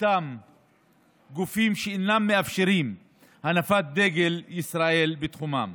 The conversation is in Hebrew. אותם גופים שאינם מאפשרים הנפת דגל ישראל בתחומם?